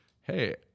hey